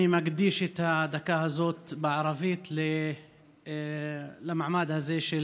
אני מקדיש את הדקה הזאת בערבית למעמד הזה של